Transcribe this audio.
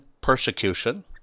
persecution